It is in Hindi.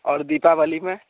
और दीपावली में